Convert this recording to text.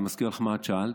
אני מזכיר לך מה את שאלת.